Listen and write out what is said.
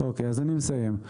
אוקי, אז אני מסיים.